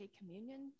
communion